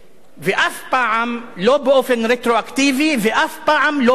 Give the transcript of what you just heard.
ואף פעם לא באופן רטרואקטיבי ואף פעם לא באופן פרסונלי,